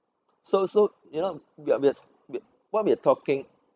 so so you know we are we are what we're talking